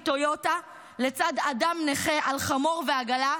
עם טויוטה לצד אדם נכה על חמור ועגלה,